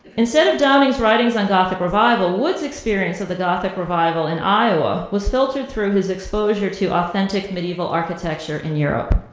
instead of downing's writings and gothic revival, wood's experience of the gothic revival in iowa was filtered through his exposure to authentic medieval architecture in europe.